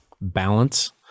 balance